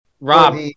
Rob